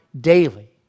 daily